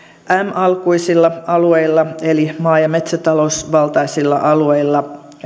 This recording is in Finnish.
alkuisilla alueilla eli maa ja metsätalousvaltaisilla alueilla